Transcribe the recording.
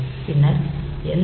பின்னர் எல்